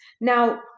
now